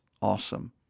awesome